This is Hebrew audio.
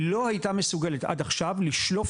היא לא הייתה מסוגלת עד עכשיו לשלוף